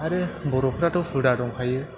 आरो बर'फोराथ' हुदा दंखायो